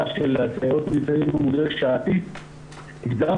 ההעסקה של הסייעות הוא מודל שעתי והגדרנו,